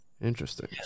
Interesting